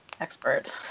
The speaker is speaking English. expert